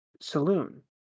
saloon